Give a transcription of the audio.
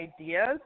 ideas